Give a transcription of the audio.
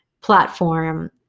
platform